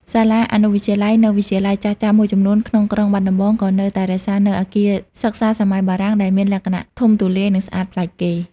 សាលាអនុវិទ្យាល័យ និងវិទ្យាល័យចាស់ៗមួយចំនួនក្នុងក្រុងបាត់ដំបង ក៏នៅតែរក្សានូវអគារសិក្សាសម័យបារាំង ដែលមានលក្ខណៈធំទូលាយ និងស្អាតប្លែកគេ។